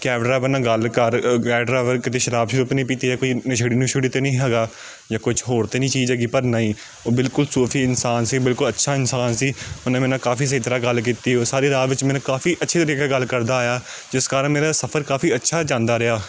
cab driver ਨਾਲ਼ ਗੱਲ ਕਰ ਕੈਬ ਡਰਾਈਵਰ ਕਿਤੇ ਸ਼ਰਾਬ ਸ਼ਰੂਬ ਤਾਂ ਨਹੀਂ ਪੀਤੀ ਹੈ ਜਾਂ ਕੋਈ ਨਸ਼ੇੜੀ ਨਸ਼ੁੜੀ ਤਾਂ ਨਹੀਂ ਹੈਗਾ ਜਾਂ ਕੁਛ ਹੋਰ ਤਾਂ ਨਹੀਂ ਚੀਜ਼ ਹੈਗੀ ਪਰ ਨਹੀਂ ਉਹ ਬਿਲਕੁਲ ਸੋਫੀ ਇਨਸਾਨ ਸੀ ਬਿਲਕੁਲ ਅੱਛਾ ਇਨਸਾਨ ਸੀ ਉਹਨੇ ਮੇਰੇ ਨਾਲ ਕਾਫੀ ਸਹੀ ਤਰ੍ਹਾਂ ਗੱਲ ਕੀਤੀ ਉਹ ਸਾਰੀ ਰਾਹ ਵਿੱਚ ਮੈਨੂੰ ਕਾਫੀ ਅੱਛੇ ਤਰੀਕੇ ਗੱਲ ਕਰਦਾ ਆਇਆ ਜਿਸ ਕਾਰਨ ਮੇਰਾ ਸਫਰ ਕਾਫੀ ਅੱਛਾ ਜਾਂਦਾ ਰਿਹਾ